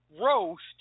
roast